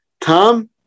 Tom